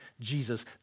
Jesus